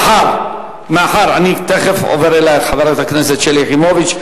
אני תיכף עובר אלייך, חברת הכנסת שלי יחימוביץ.